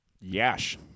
Yash